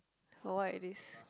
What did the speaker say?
for what it is